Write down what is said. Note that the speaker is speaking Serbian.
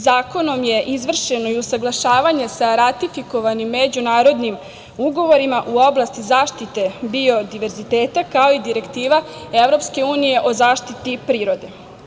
Zakonom je izvršeno usaglašavanje sa ratifikovanim međunarodnim ugovorima u oblasti zaštite biodiverziteta, kao i Direktiva EU o zaštiti prirode.